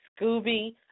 Scooby